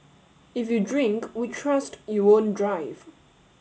if you drink we trust you won't drive